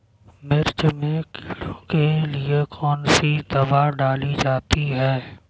मिर्च में कीड़ों के लिए कौनसी दावा डाली जाती है?